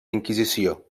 inquisició